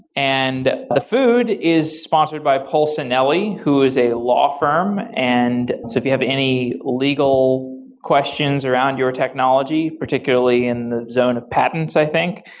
and the food is sponsored by polsinelli, who is a law firm. and so if you have any legal questions around your technology, particularly in the zone of patents, i think,